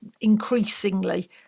increasingly